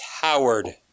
Howard